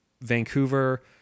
Vancouver